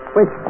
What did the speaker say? Wait